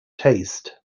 taste